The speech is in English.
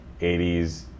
80s